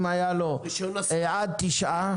אם היה לו עד תשעה,